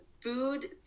food